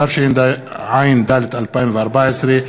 התשע"ד 2014,